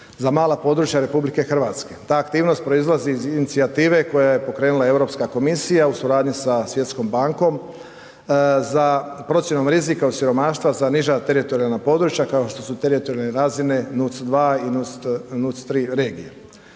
za mala područja RH. Ta aktivnost proizlazi iz inicijativa koje je pokrenula Europska komisija u suradnji sa Svjetskom bankom za procjenom rizika od siromaštva za niža teritorijalna područja kao što su teritorijalne razine, NUC2 i NUC3 regije.